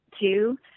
two